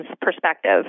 perspective